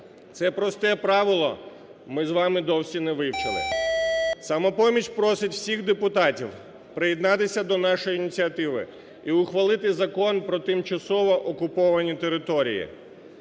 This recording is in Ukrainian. Це просте правило ми з вами досі не вивчили. "Самопоміч" просить всіх депутатів приєднатися до нашої ініціативи і ухвалити Закон про тимчасово окуповані території,